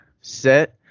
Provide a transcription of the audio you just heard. set